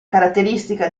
caratteristica